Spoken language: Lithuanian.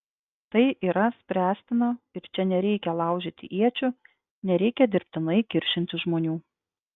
tai yra spręstina ir čia nereikia laužyti iečių nereikia dirbtinai kiršinti žmonių